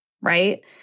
right